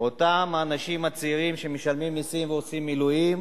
אותם האנשים הצעירים שמשלמים מסים ועושים מילואים,